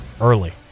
early